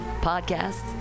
podcasts